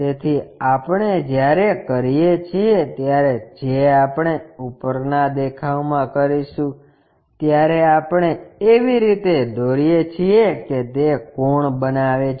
તેથી આપણે જ્યારે કરીએ છીએ ત્યારે જે આપણે ઉપરના દેખાવમાં કરીશું ત્યારે આપણે એવી રીતે દોરીએ છીએ કે તે કોણ બનાવે છે